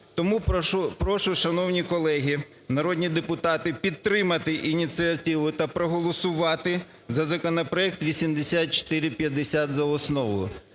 Тому прошу, шановні колеги народні депутати, підтримати ініціативу та проголосувати за законопроект 8450 за основу.